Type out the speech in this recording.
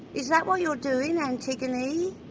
is that what you're doing, antigone?